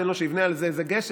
תן לו שיבנה על זה איזה גשר,